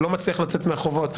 הוא לא מצליח לצאת מהחובות,